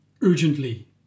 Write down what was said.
urgently